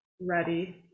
ready